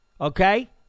Okay